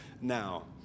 now